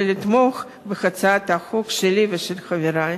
ולתמוך בהצעת החוק שלי ושל חברי.